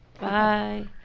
Bye